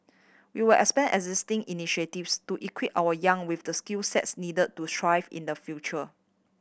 we will expand existing initiatives to equip our young with the skill sets needed to thrive in the future